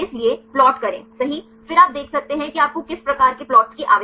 इसलिए प्लॉट करें सही फिर आप देख सकते हैं कि आपको किस प्रकार के प्लॉट्स की आवश्यकता है